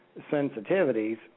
sensitivities